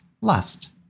lust